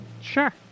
sure